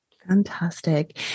Fantastic